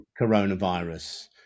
coronavirus